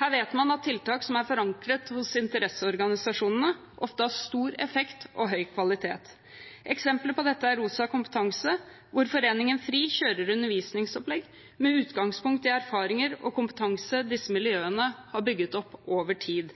Her vet man at tiltak som er forankret hos interesseorganisasjonene, ofte har stor effekt og høy kvalitet. Eksempler på dette er Rosa kompetanse, hvor Foreningen FRI kjører undervisningsopplegg med utgangspunkt i erfaringer og kompetanse disse miljøene har bygget opp over tid.